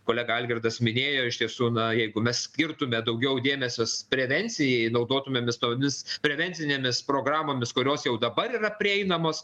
kolega algirdas minėjo iš tiesų na jeigu mes skirtume daugiau dėmesio prevencijai naudotumėmės tomis prevencinėmis programomis kurios jau dabar yra prieinamos